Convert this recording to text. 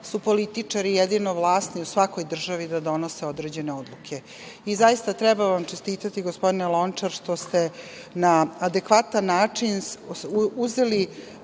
su političari jedino vlasni u svakoj državi da donose određene odluke. Zaista, treba vam čestitati, gospodine Lončar, što ste na adekvatan način uzeli